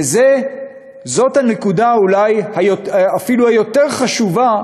וזאת אולי הנקודה אפילו היותר-חשובה